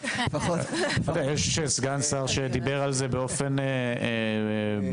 יש סגן שר שדיבר על זה באופן ברור.